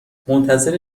منتظر